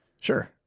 Sure